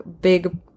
big